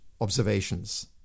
observations